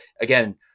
again